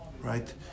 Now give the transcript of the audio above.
right